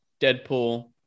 Deadpool